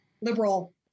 liberal